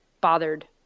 bothered